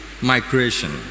migration